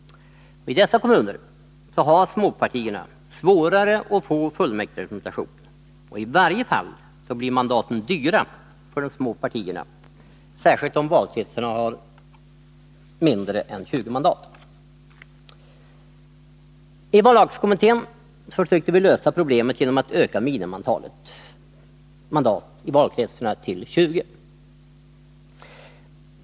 I dessa kommuner har småpartierna svårare att få fullmäktigerepresentation. I varje fall blirmandaten dyra för de små partierna, särskilt om valkretsarna har mindre än 20 mandat. I vallagskommittén försökte vi lösa problemet genom att öka minimiantalet mandat i valkretsarna från 15 till 20.